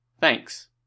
Thanks